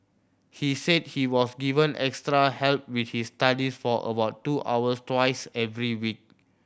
he said he was given extra help with his studies for about two hours twice every week